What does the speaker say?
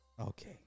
okay